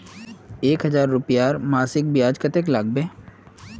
एक हजार रूपयार मासिक ब्याज कतेक लागबे?